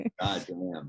Goddamn